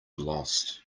lost